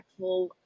impactful